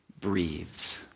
breathes